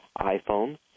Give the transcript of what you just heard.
iPhone